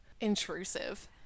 intrusive